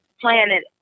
planet